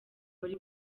wari